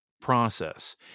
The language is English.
process